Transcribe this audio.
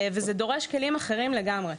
וזה דורש כלים אחרים לגמרי.